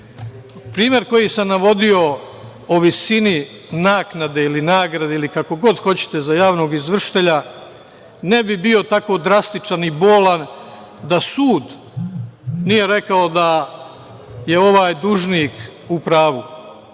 koji sam navodio o visini naknade ili nagrade ili kako god hoćete, za javnog izvršitelj ne bi bio tako drastičan i bolan da sud nije rekao da je ovaj dužnik u pravu.